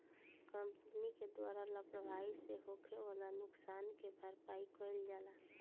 company के द्वारा लापरवाही से होखे वाला नुकसान के भरपाई कईल जाला